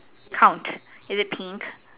count is it pink